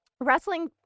wrestling